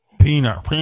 peanut